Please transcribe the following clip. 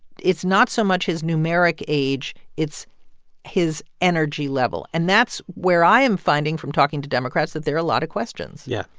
it's not so much his numeric age it's his energy level. and that's where i am finding from talking to democrats that there are a lot of questions yeah,